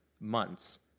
months